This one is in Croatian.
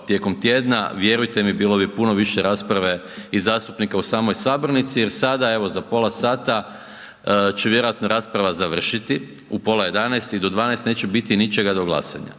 tijekom tjedna vjerujte mi bilo bi puno više rasprave i zastupnika u samoj sabornici, jer sada evo za pola sata će vjerojatno rasprava završiti u pola 11 i do 12 neće biti ničega do glasanja.